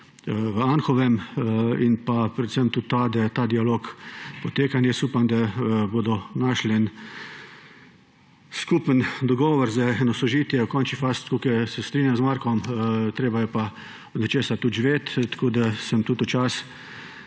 v Anhovem in predvsem tudi to, da ta dialog poteka. Upam, da bodo našli skupen dogovor, eno sožitje. V končni fazi tukaj se strinjam z Markom, treba je pa od nečesa tudi živeti, tako da sem tudi včasih